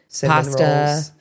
pasta